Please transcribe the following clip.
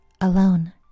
alone